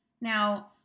Now